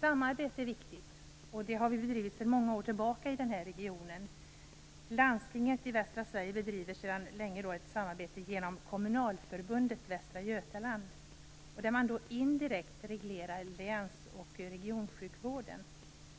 Samarbete är viktigt. Ett samarbete har bedrivits i många år i regionen. Landstinget i Västra Sverige bedriver sedan länge ett samarbete genom Kommunalförbundet Västra Götaland, där man indirekt reglerar läns och regionsjukvården.